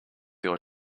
your